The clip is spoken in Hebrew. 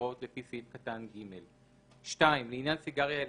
להוראות לפי סעיף קטן (ג); (2)לעניין סיגריה אלקטרונית,